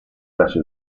presso